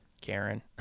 Karen